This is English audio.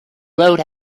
rode